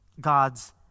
God's